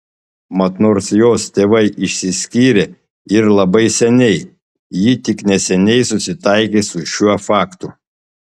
mat nors jos tėvai išsiskyrė ir labai seniai ji tik neseniai susitaikė su šiuo faktu